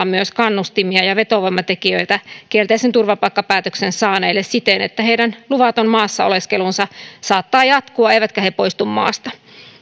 myös kannustimia ja vetovoimatekijöitä kielteisen turvapaikkapäätöksen saaneille siten että heidän luvaton maassa oleskelunsa saattaa jatkua eivätkä he poistu maasta